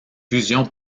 fusion